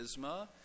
charisma